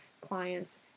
clients